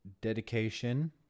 dedication